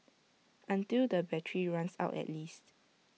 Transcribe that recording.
until the battery runs out at least